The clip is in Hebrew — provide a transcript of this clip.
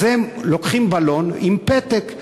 אז הם לוקחים בלון עם פתק,